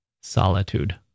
Solitude